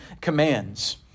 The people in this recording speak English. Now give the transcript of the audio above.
commands